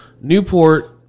newport